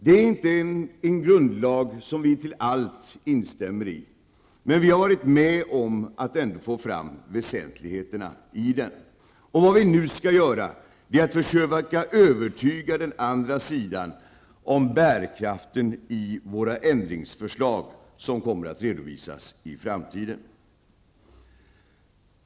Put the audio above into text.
Det är inte en grundlag som vi till allt instämmer i, men vi har varit med om att ändå få fram väsentligheterna i den. Vad vi nu skall göra är att försöka övertyga den andra sidan om bärkraften i våra ändringsförslag, som kommer att redovisas i framtiden.